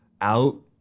out